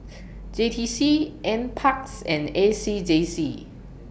J T C N Parks and A C J C